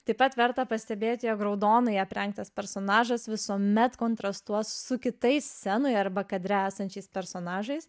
taip pat verta pastebėti jog raudonai aprengtas personažas visuomet kontrastuos su kitais scenoje arba kadre esančiais personažais